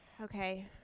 Okay